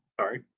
Sorry